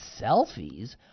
selfies